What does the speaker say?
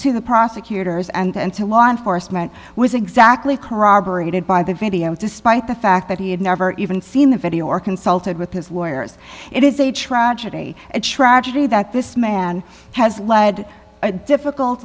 to the prosecutors and to law enforcement was exactly corroborated by the video despite the fact that he had never even seen the video or consulted with his lawyers it is a tragedy a tragedy that this man has led a difficult